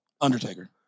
Undertaker